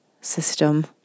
system